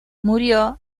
murió